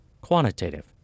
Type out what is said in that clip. Quantitative